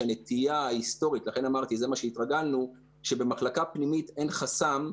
שהנטייה ההיסטורית וזה מה שהתרגלנו שבמחלקה פנימית אין חסם.